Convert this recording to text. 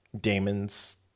Damon's